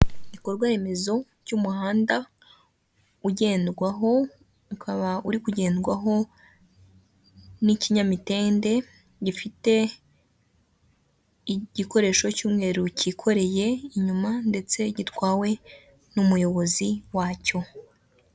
Igikorwaremezo cy'umuhanda ugendwaho, ukaba uri kugendwaho n'ikinyamitende gifite igikoresho cy'umweru cyikoreye inyuma ndetse gitwawe n'umuyobozi wacyo.